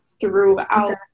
throughout